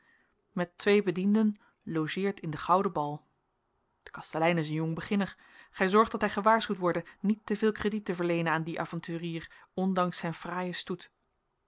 met twee bedienden logeert in den gouden bal de kastelein is een jong beginner gij zorgt dat hij gewaarschuwd worde niet te veel krediet te verleenen aan dien avonturier ondanks zijn fraaien stoet